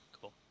Cool